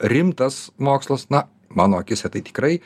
rimtas mokslas na mano akyse tai tikrai